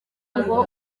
ngo